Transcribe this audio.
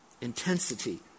intensity